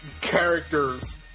characters